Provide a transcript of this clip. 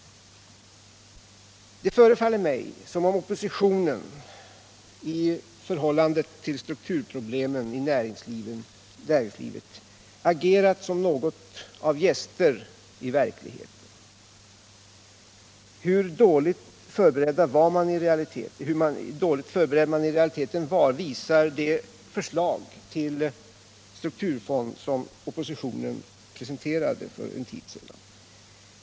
Det förefaller mig som om oppositionen i förhållande till strukturproblemen i näringslivet har agerat som något av gäst i verkligheten. Hur dåligt förberedd man i realiteten var visar det förslag till strukturfond som oppositionen presenterade för en tid sedan.